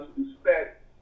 respect